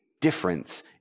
difference